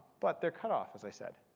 but they're cut off, as i said.